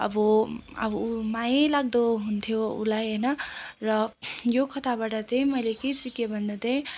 अब अब ऊ मायैलाग्दो हुन्थ्यो उसलाई होइन र यो कथाबाट चाहिँ मैेले के सिकेँ भन्दा चाहिँ